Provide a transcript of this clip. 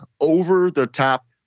over-the-top